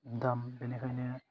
दाम बेनिखायनो